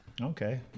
okay